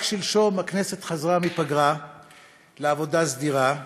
רק שלשום הכנסת חזרה מפגרה לעבודה סדירה,